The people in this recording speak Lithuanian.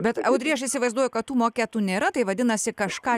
bet audry aš įsivaizduoju kad tų maketų nėra tai vadinasi kažką